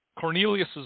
Cornelius